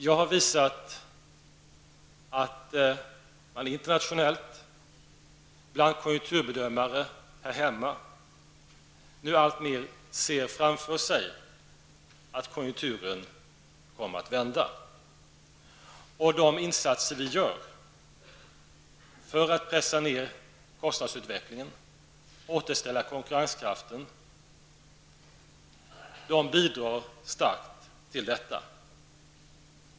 Jag har visat att man internationellt och bland konjunkturbedömare här hemma nu alltmer ser framför sig att konjunkturen kommer att vända. De insatser vi gör för att pressa ner kostnaderna och återställa konkurrenskraften bidrar starkt till detta.